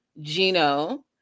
Gino